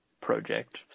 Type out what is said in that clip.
project